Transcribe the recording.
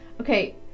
Okay